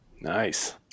nice